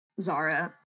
Zara